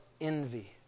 envy